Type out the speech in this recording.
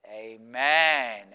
Amen